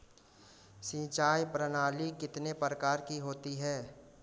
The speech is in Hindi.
सिंचाई प्रणाली कितने प्रकार की होती है?